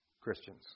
Christians